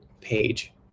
page